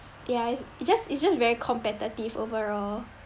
yeah it's just it's just very competitive overall